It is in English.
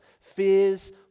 fears